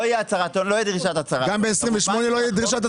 לא תהיה דרישה להצהרת הון --- גם ב-2028 לא תהיה דרישה?